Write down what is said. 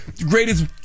greatest